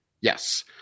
Yes